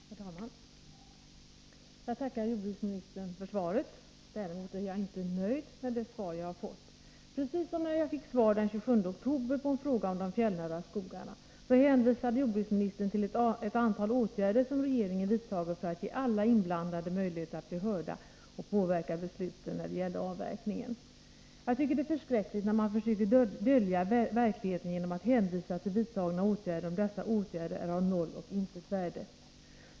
Herr talman! Jag tackar jordbruksministern för svaret. Däremot är jag inte nöjd med det svar jag har fått. Precis som när jag fick svar den 27 oktober på en fråga om de fjällnära skogarna hänvisar jordbruksministern nu till ett antal åtgärder som regeringen vidtagit för att ge alla inblandade möjlighet att bli hörda och påverka besluten när det gäller avverkningen. Jag tycker att det är förskräckligt när man försöker dölja verkligheten genom att hänvisa till vidtagna åtgärder, om dessa åtgärder är av noll och intet värde.